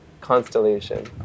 constellation